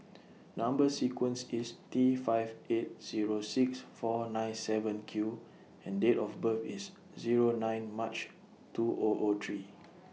Number sequence IS T five eight Zero six four nine seven Q and Date of birth IS Zero nine March two O O three